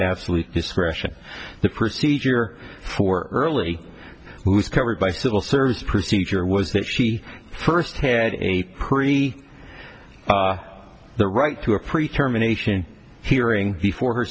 absolute discretion the procedure for early who was covered by civil service procedure was that she first had a pre the right to a pre term a nation hearing before her